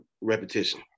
repetition